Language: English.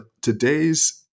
today's